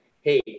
hey